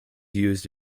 used